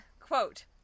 Quote